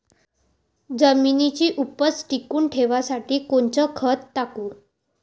जमिनीची उपज टिकून ठेवासाठी कोनचं खत टाकू?